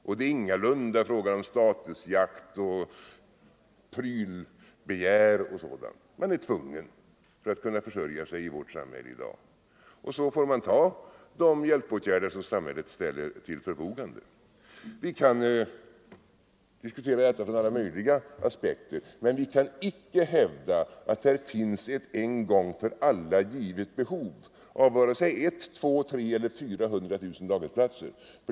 Och det är ingalunda fråga om statusjakt och prylbegär och sådant. Man är tvungen för att kunna försörja sig i vårt samhälle i dag. Och då får man anlita de möjligheter som samhället ställer till förfogande. Vi kan diskutera dessa frågor ur alla möjliga aspekter, men vi kan inte hävda att det här finns ett en gång för alla givet behov på vare sig 100 000, 200 000, 300 000 eller 400 000 daghemsplatser.